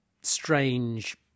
strange